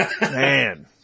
Man